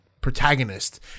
protagonist